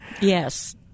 Yes